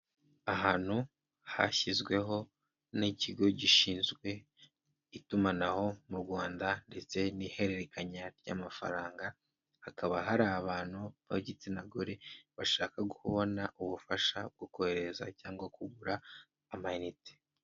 Ahantu hashyizweho n'ikigo gishinzwe itumanaho mu Rwanda, ndetse n'ihererekanya ry'amafaranga, hakaba hari abantu b'igitsina gore, bashaka kubona ubufasha bwo kohereza cyangwa kugura amayinite.